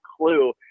clue